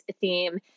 theme